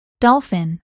Dolphin